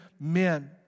men